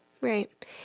Right